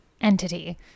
entity